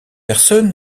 personne